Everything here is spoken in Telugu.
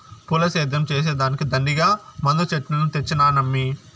పూల సేద్యం చేసే దానికి దండిగా మందు చెట్లను తెచ్చినానమ్మీ